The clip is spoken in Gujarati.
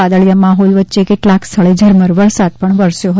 વાદળિયા માહોલ વચ્ચે કેટલાક સ્થળે ઝરમર વરસાદ વરસ્યો હતો